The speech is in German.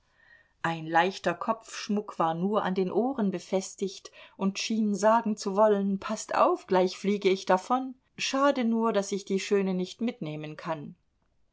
ein leichter kopfschmuck war nur an den ohren befestigt und schien sagen zu wollen paßt auf gleich fliege ich davon schade nur daß ich die schöne nicht mitnehmen kann